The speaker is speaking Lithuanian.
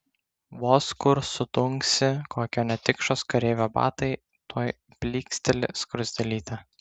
vos kur sudunksi kokio netikšos kareivio batai tuoj blyksteli skruzdėlytė